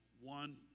one